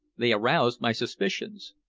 they aroused my suspicions.